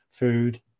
food